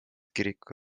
kiriku